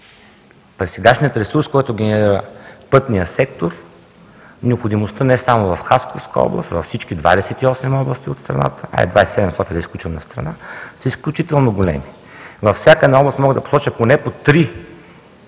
при сегашния ресурс, който генерира пътния сектор, необходимостта не само в Хасковска област, а във всички 28 области в страната – хайде 27, София да я изключим настрана, са изключително големи. Във всяка една област мога да посоча поне по три